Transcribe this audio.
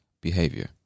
behavior